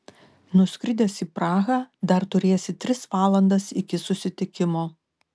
nuskridęs į prahą dar turėsi tris valandas iki susitikimo